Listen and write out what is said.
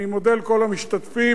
אני מודה לכל המשתתפים,